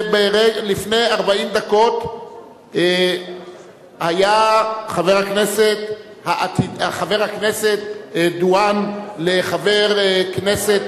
לפני 40 דקות היה חבר הכנסת דואן לחבר כנסת